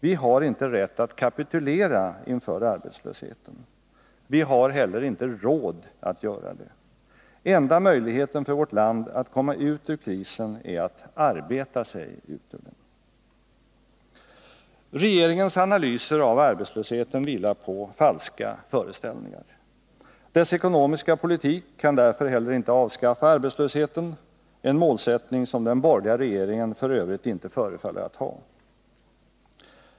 Vi harinte rätt att kapitulera inför arbetslösheten. Vi har inte heller råd att göra det. Enda möjligheten för vårt land att komma ut ur krisen är att arbeta sig ut ur den. Regeringens analyser av arbetslösheten vilar på falska föreställningar. Dess ekonomiska politik kan därför heller inte avskaffa arbetslösheten, en målsättning som den borgerliga regeringen f.ö. inte förefaller ha.